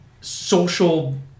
social